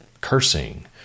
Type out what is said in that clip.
cursing